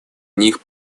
них